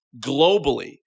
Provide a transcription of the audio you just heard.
globally